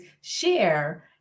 share